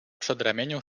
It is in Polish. przedramieniu